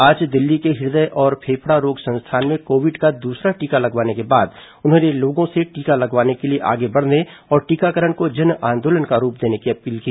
आज दिल्ली के हृदय और फेफडा रोग संस्थान में कोविड का दूसरा टीका लगवाने के बाद उन्होंने लोगों से टीका लगवाने के लिए आगे बढ़ने और टीकाकरण को जन आंदोलन का रूप देने की अपील की